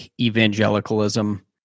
evangelicalism